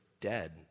dead